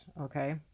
okay